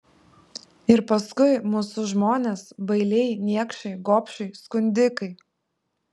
ir paskui mūsų žmonės bailiai niekšai gobšai skundikai